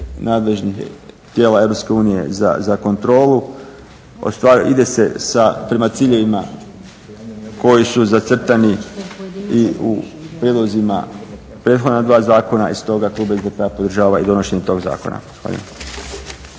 nadležnih tijela EU za kontrolu. Ide se prema ciljevima koji su zacrtani i u prijedlozima prethodna dva zakona i stoga klub SDP-a podržava i donošenje tog zakona.